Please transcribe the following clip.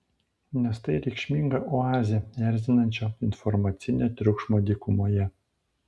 nes tai reikšminga oazė erzinančio informacinio triukšmo dykumoje